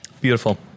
Beautiful